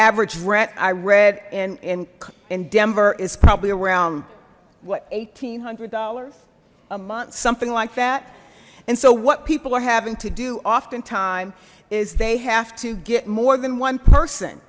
average rent i read and in denver is probably around what eighteen hundred dollars a month something like that and so what people are having to do often time is they have to get more than one person